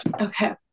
Okay